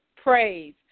praise